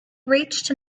reached